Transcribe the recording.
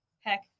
Heck